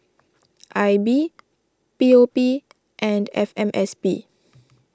I B P O P and F M S P